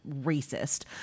racist